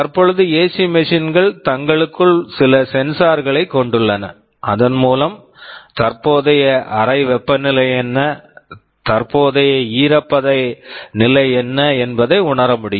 தற்பொழுது AC machine AC machine கள் தங்களுக்குள் சில சென்சார் sensor களை கொண்டுள்ளன அதன் மூலம் தற்போதைய அறை வெப்பநிலை என்ன தற்போதைய ஈரப்பத நிலை என்ன என்பதை உணர முடியும்